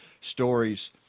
stories